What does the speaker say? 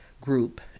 group